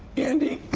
andy,